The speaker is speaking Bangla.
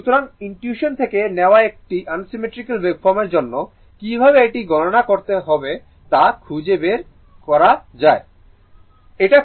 সুতরাং ইনটুইশন থেকে নেওয়া একটি আনসিমেট্রিক্যাল ওয়েভফরর্মের জন্য কীভাবে এটি গণনা করা যায় তা খুঁজে বের করতে হবে